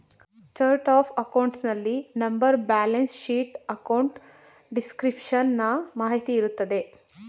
chart of accounts ನಲ್ಲಿ number, balance sheet, account description ನ ಮಾಹಿತಿ ಇರುತ್ತದೆ